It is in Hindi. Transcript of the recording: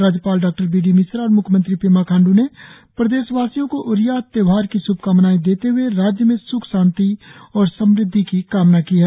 राज्यपाल डॉ बी डी मिश्रा और म्ख्यमंत्री पेमा खांड् ने प्रदेश वासियों को ओरियाह त्योहार की श्भकामनाए देते हए राज्य में सुख शांति और समृद्धि की कामना की है